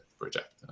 project